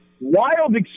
wild